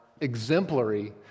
exemplary